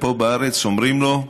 ופה בארץ אומרים לו: